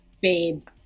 babe